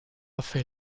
hace